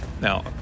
Now